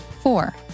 Four